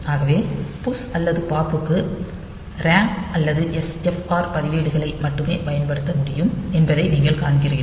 ஆகவே push அல்லது pop க்கு RAM அல்லது SFR பதிவேடுகளை மட்டுமே பயன்படுத்த முடியும் என்பதை நீங்கள் காண்கிறீர்கள்